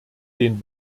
den